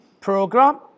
program